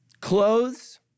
clothes